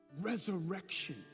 resurrection